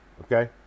okay